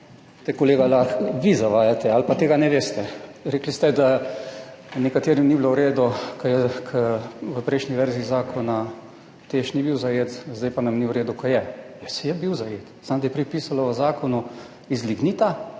Kolega Lah, vi zavajate ali pa tega ne veste. Rekli ste, da nekaterim ni bilo v redu, ker v prejšnji verziji zakona TEŠ ni bil zajet, zdaj pa nam ni v redu, ko je. Ja, saj je bil zajet, samo da je prej pisalo v zakonu, da se iz lignita